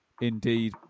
indeed